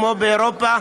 כמו באירופה.